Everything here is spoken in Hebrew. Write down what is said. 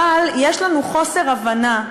אבל יש לנו חוסר הבנה,